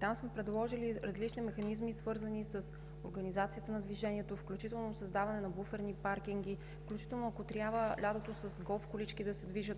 Там сме предложили различни механизми, свързани с организацията на движението, включително създаване на буферни паркинги, включително, ако трябва, лятото с голф колички да се движат